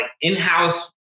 in-house